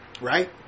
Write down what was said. right